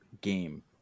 game